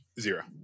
Zero